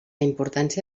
importància